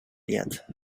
yet